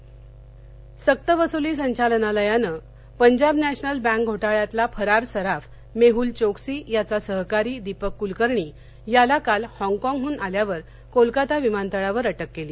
मेहल चोक्सी सक्तवसूली संचालनालयानं Punjab national bank घोटाळ्यातला फरार सराफ मेहल चोक्सी याचा सहकारी दीपक कुलकर्णी याला काल हाँगकाँगहन आल्यावर कोलकाता विमानतळावर अटक केली